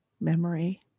memory